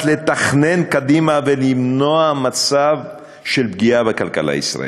לתכנן קדימה ולמנוע מצב של פגיעה בכלכלה הישראלית.